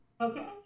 Okay